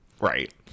right